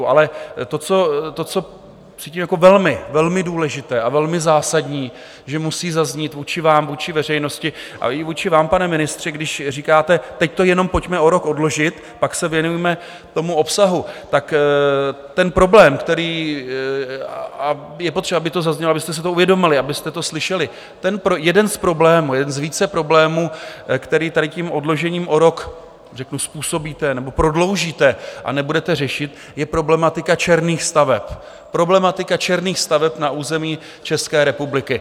Ale to, co cítím jako velmi, velmi důležité a velmi zásadní, že musí zaznít vůči vám, vůči veřejnosti a i vůči vám, pane ministře, když říkáte, teď to jenom pojďme o rok odložit, pak se věnujme tomu obsahu, tak ten problém, který je potřeba, aby to zaznělo, abyste si to uvědomili, abyste to slyšeli, ten jeden z problémů, jeden z více problémů, který tady tím odložením o rok řeknu způsobíte nebo prodloužíte a nebudete řešit, je problematika černých staveb, problematika černých staveb na území České republiky.